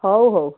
ହଉ ହଉ